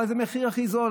אבל זה המחיר הכי זול.